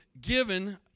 given